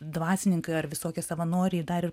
dvasininkai ar visokie savanoriai ir dar ir